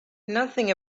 nothing